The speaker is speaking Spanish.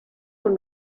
con